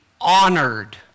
honored